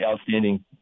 outstanding